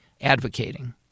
advocating